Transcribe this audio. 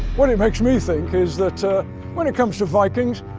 what it makes me think is that ah when it comes to vikings,